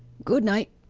good-night,